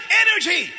energy